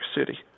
City